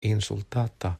insultata